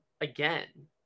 again